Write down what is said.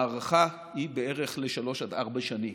ההערכה היא בערך שלוש עד ארבע שנים.